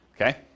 Okay